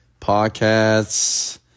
podcasts